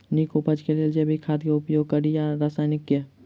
नीक उपज केँ लेल जैविक खाद केँ उपयोग कड़ी या रासायनिक केँ?